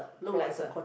quarter